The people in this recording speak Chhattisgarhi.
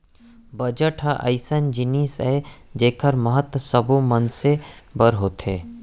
बजट ह अइसन जिनिस आय जेखर महत्ता सब्बो मनसे बर होथे